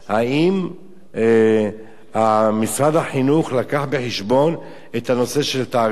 האם משרד החינוך הביא בחשבון את הנושא של התעריפים?